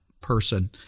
person